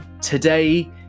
today